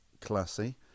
classy